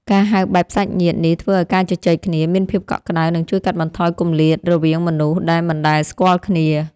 ការហៅបែបសាច់ញាតិនេះធ្វើឱ្យការជជែកគ្នាមានភាពកក់ក្តៅនិងជួយកាត់បន្ថយគម្លាតរវាងមនុស្សដែលមិនដែលស្គាល់គ្នា។